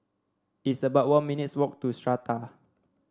it's about one minutes' walk to Strata